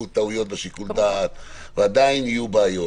טעויות בשיקול דעת ועדיין יהיו בעיות.